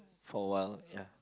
for a while ya